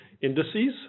indices